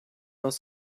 aus